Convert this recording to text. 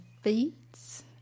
Feeds